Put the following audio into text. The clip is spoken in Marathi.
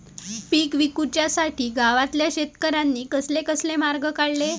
पीक विकुच्यासाठी गावातल्या शेतकऱ्यांनी कसले कसले मार्ग काढले?